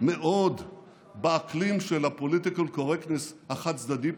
מאוד באקלים של ה-political correctness החד-צדדי פה: